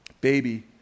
baby